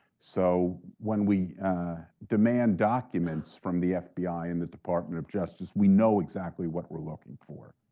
so when we demand documents from the fbi and the department of justice, we know exactly what we're looking for.